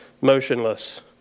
motionless